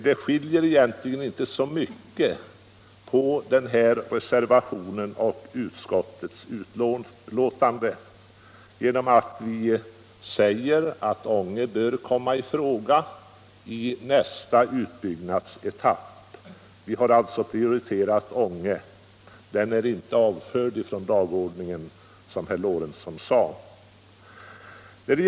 Det skiljer egentligen inte så mycket mellan herr Lorentzons reservation och utskottets betänkande genom att vi säger att Ånge bör komma i fråga i nästa utbyggnadsetapp. Vi har alltså prioriterat Ånge - Ånge är inte avfört från dagordningen, som herr Lorentzon sade.